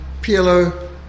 PLO